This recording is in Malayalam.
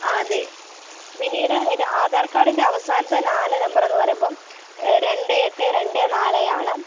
ആ അതെ പിന്നീട് എൻ്റെ ആധാര് കാര്ഡിൻ്റെ അവസാനത്തെ നാല് നമ്പറെന്ന് പറയുമ്പോള് രണ്ട് എട്ട് രണ്ട് നാല് ആണ്